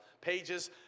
pages